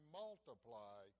multiply